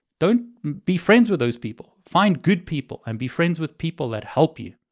don't be friends with those people, find good people and be friends with people that help you.